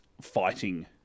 fighting